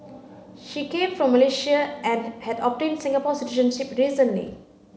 she came from Malaysia and had obtained Singapore citizenship recently